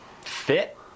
fit